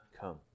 come